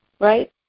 right